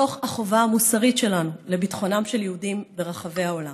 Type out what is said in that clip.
מתוך החובה המוסרית שלנו לביטחונם של יהודים ברחבי העולם.